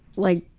like,